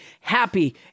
happy